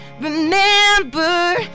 remember